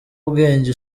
ubwenge